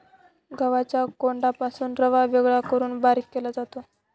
गव्हाच्या कोंडापासून रवा वेगळा करून बारीक केला जातो